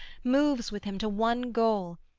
moves with him to one goal,